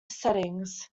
settings